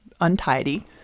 untidy